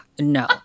no